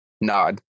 nod